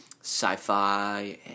sci-fi